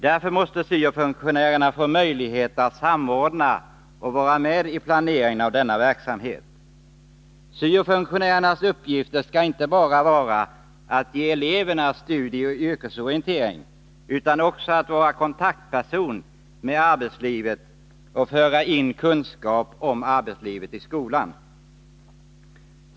Därför måste syo-funktionärerna få möjlighet att samordna och vara med i planeringen av denna verksamhet. Syo-funktionärernas uppgifter skall inte bara vara att ge eleverna studieoch yrkesorientering, utan de skall också vara kontaktpersoner med arbetslivet och föra in kunskap om arbetslivet i skolan.